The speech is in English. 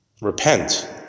Repent